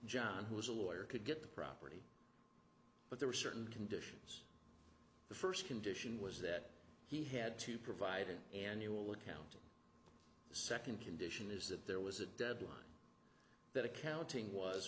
john who was a lawyer could get the property but there were certain conditions the first condition was that he had to provide an annual accounting second condition is that there was a deadline that accounting was